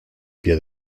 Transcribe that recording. pie